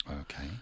Okay